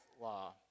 law